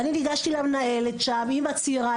אני ניגשתי למנהלת שם אימא צעירה,